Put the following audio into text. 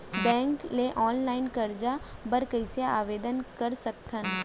Bank ले online करजा बर कइसे आवेदन कर सकथन?